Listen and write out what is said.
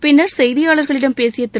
பின்னர் செய்தியாளர்களிடம் பேசிய திரு